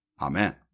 Amen